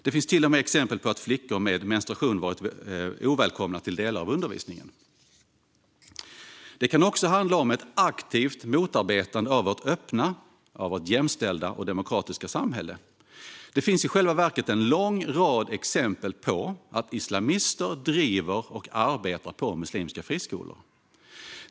Det finns till och med exempel på att flickor med menstruation har varit ovälkomna till delar av undervisningen. Det kan också handla om ett aktivt motarbetande av vårt öppna, jämställda och demokratiska samhälle. Det finns i själva verket en lång rad exempel på att islamister driver och arbetar på muslimska friskolor.